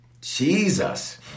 Jesus